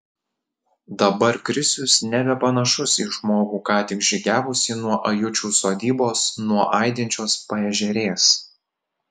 dabar krisius nebepanašus į žmogų ką tik žygiavusį nuo ajučių sodybos nuo aidinčios paežerės